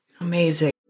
Amazing